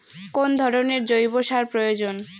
কোন ধরণের জৈব সার প্রয়োজন?